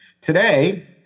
Today